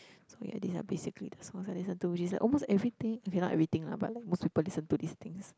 so yeah these are basically the songs I listen to which is like almost everything okay not everything lah but like most people listen these things